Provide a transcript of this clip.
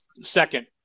second